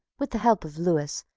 with the help of lewis,